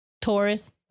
Taurus